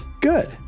good